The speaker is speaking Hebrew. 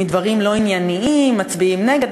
מנימוקים לא ענייניים מצביעים נגד,